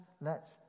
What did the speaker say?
lets